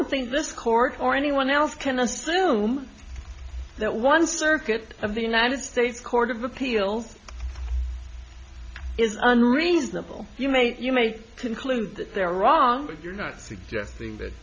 don't think this court or anyone else can assume that one circuit of the united states court of appeals is unreasonable you may you may conclude that they're wrong but you're not suggesting